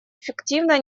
эффективно